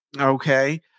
okay